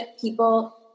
people